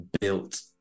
built